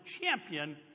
champion